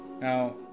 Now